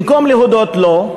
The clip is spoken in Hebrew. במקום להודות לו,